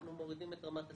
אנחנו מורידים את רמת הסיכון.